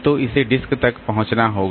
तो इसे डिस्क तक पहुंचना होगा